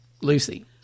Lucy